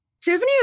Tiffany